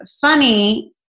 funny